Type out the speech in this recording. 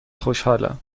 خوشحالم